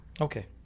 Okay